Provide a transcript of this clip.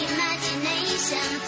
Imagination